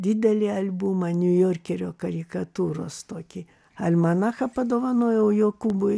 didelį albumą niujorkerio karikatūros tokį almanachą padovanojau jokūbui